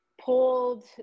pulled